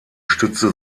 stützte